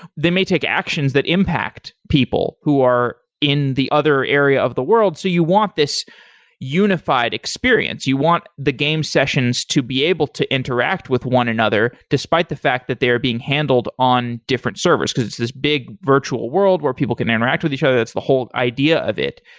they may take actions that impact people who are in the other area of the world. so you want this unified experience. you want the game sessions to be able to interact with one another despite the fact that they are being handled on different servers, because it's this big virtual world where people can interact with each other. that's the whole idea of it.